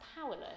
powerless